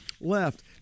left